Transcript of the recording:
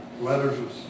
letters